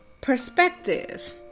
perspective